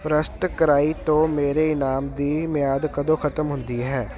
FirstCry ਤੋਂ ਮੇਰੇ ਇਨਾਮ ਦੀ ਮਿਆਦ ਕਦੋਂ ਖਤਮ ਹੁੰਦੀ ਹੈ